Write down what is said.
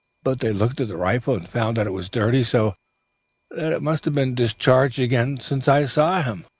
but they looked at the rifle, and found that it was dirty, so that it must have been discharged again since i saw him.